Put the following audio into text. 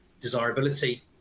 desirability